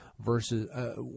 versus –